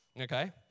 okay